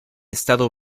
estado